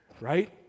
right